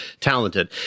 talented